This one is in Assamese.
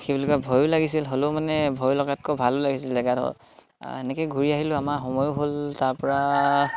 কি বুলি কয় ভয়ো লাগিছিল হ'লেও মানে ভয় লগাতকৈ ভালো লাগিছিল জেগা ডখৰ এনেকে ঘূৰি আহিলোঁ আমাৰ সময়ো হ'ল তাৰপৰা